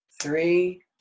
three